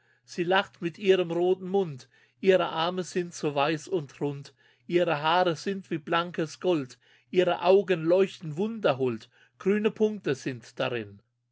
sie lacht mit ihrem roten mund ihre arme sind so weiß und rund ihre haare sind wie blankes gold ihre augen leuchten wunderhold grüne punkte sind darin